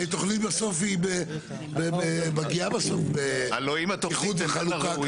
הרי תוכנית מגיעה בסוף לאיחוד וחלוקה.